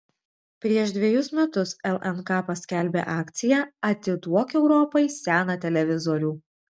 prieš dvejus metus lnk paskelbė akciją atiduok europai seną televizorių